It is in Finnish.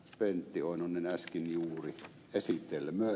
pentti oinonen äsken juuri esitelmöi